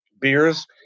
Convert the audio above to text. beers